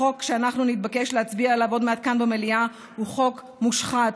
החוק שאנחנו נתבקש להצביע עליו עוד מעט כאן במליאה הוא חוק מושחת,